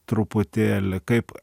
truputėlį kaip